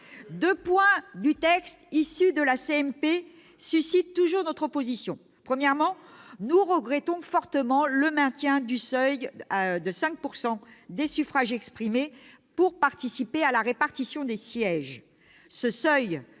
Deux points du texte issu de la commission mixte paritaire suscitent toujours notre opposition. Premièrement, nous regrettons fortement le maintien d'un seuil de 5 % des suffrages exprimés pour participer à la répartition des sièges. Ce seuil,